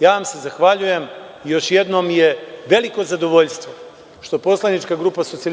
vam se zahvaljujem. Još jednom je veliko zadovoljstvo što poslanička grupa SPS,